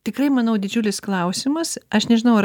tikrai manau didžiulis klausimas aš nežinau ar